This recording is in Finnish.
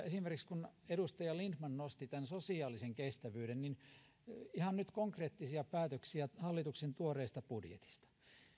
esimerkiksi kun edustaja lindtman nosti tämän sosiaalisen kestävyyden niin ihan konkreettisia päätöksiä hallituksen tuoreesta budjetista